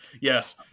Yes